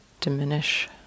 diminish